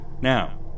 Now